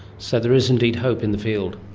so there is indeed hope in the field.